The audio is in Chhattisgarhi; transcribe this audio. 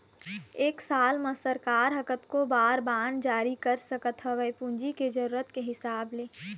एक साल म सरकार ह कतको बार बांड जारी कर सकत हवय पूंजी के जरुरत के हिसाब ले